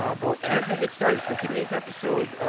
ah but as we get started, so today's episode,